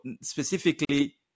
specifically